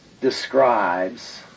describes